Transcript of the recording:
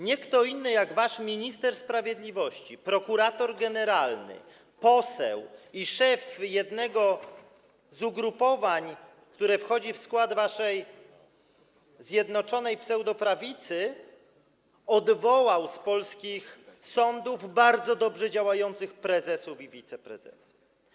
Nie kto inny jak wasz minister sprawiedliwości, prokurator generalny, poseł i szef jednego z ugrupowań, które wchodzą w skład waszej zjednoczonej pseudoprawicy, odwołał z polskich sądów bardzo dobrze działających prezesów i wiceprezesów.